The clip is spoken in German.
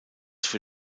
für